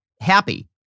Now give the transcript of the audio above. happy